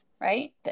right